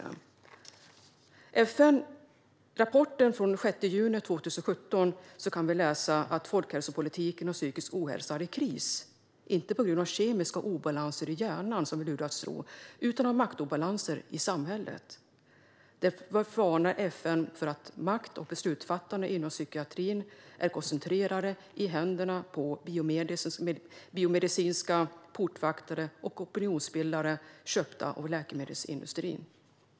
I FN-rapporten från den 6 juni 2017 kan vi läsa att folkhälsopolitiken om psykisk ohälsa är i kris. Det är inte på grund av kemiska obalanser i hjärnan, som vi luras att tro, utan maktobalanser i samhället. Därför varnar FN för att makt och beslutsfattande inom psykiatrin är koncentrerade i händerna på biomedicinska portvaktare och opinionsbildare köpta av läkemedelsindustrin.